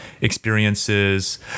experiences